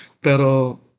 Pero